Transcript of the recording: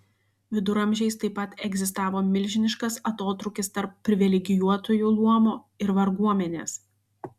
viduramžiais taip pat egzistavo milžiniškas atotrūkis tarp privilegijuotųjų luomo ir varguomenės